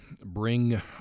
bring